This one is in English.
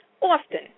often